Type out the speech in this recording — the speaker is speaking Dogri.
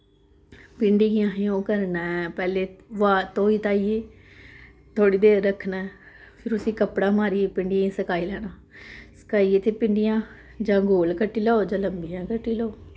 भिंडी गी असें ओह् करना ऐ पैह्ले धोई धाइयै थोह्ड़ी देर रक्खना ऐ फिर उस्सी कपड़ा मारियै भिंडियें गी सकाई लैना सकाइयै ते भिंडियां जां गोल कट्टी लैओ जां लम्मियां कट्टी लैओ